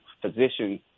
physician